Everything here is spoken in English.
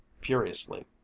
furiously